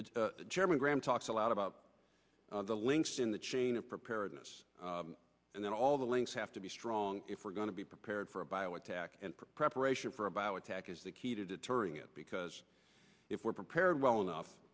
that chairman graham talks a lot about the links in the chain of preparedness and that all the links have to be strong if we're going to be prepared for a bio attack and preparation for a bio attack is the key to deterring it because if we're prepared well enough